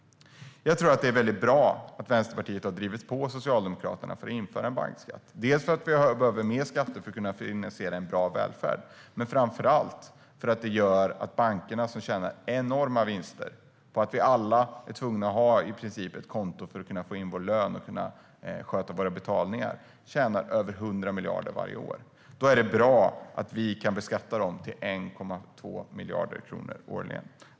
Jag tror att det är väldigt bra att Vänsterpartiet har drivit på Socialdemokraterna för att införa en bankskatt, dels för att vi behöver mer skatter för att kunna finansiera en bra välfärd, dels och framför allt för att bankerna tjänar enorma vinster - över 100 miljarder varje år - på att vi alla i princip är tvungna att ha ett konto för att kunna få in vår lön och sköta våra betalningar. Då är det bra att vi kan beskatta dem till 1,2 miljarder kronor årligen.